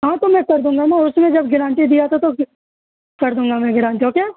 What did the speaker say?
ہاں تو میں کر دوں گا نا اس میں جب گارنٹی دیا تھا تو کر دوں گا میں گرانٹی اوکے